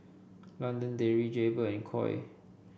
London Dairy Jaybird and Koi